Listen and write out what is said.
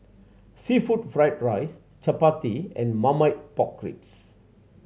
seafood fried rice chappati and Marmite Pork Ribs